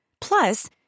Plus